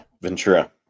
ventura